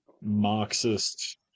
marxist